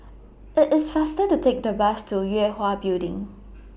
IT IS faster to Take The Bus to Yue Hwa Building